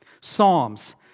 Psalms